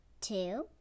two